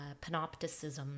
panopticism